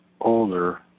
older